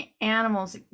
animals